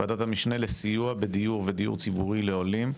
ועדת המשנה לסיוע בדיור ודיור ציבורי לעולים.